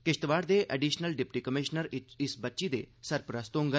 किश्तवाड़ दे additional deputy commissioner इस बच्ची दे सरपरस्त होड़न